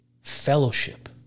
fellowship